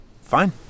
Fine